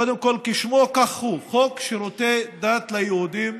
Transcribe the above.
קודם כול, כשמו כך הוא: חוק שירותי דת ליהודים,